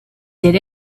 did